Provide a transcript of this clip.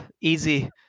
Easy